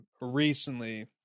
recently